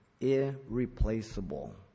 irreplaceable